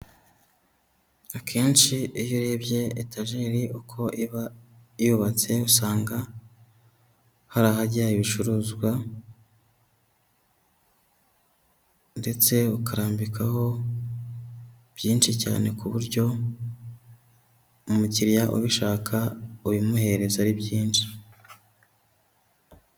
Akenshi iyo urebye etajeri uko iba yubatse, usanga hari ahajya ibicuruzwa ndetse ukarambikaho byinshi cyane ku buryo umukiriya ubishaka ubimuhereza ari byinshi.